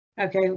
okay